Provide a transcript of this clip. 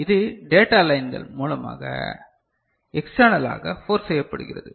இது டேட்டா லைன்கள் மூலமாக எக்ஸ்டேர்ணளாக ஃபோர்ஸ் செய்யப்படுகிறது